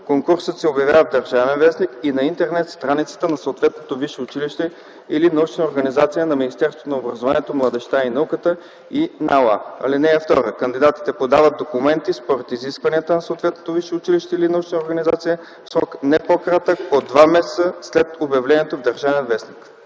Конкурсът се обявява в „Държавен вестник” и на Интернет-страницата на съответното висше училище или научна организация, на Министерството на образованието, младежта и науката и НАОА. (2) Кандидатите подават документи според изискванията на съответното висше училище или научна организация в срок не по-кратък от 2 месеца след обявлението в „Държавен вестник”.”